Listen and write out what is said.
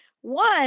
one